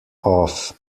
off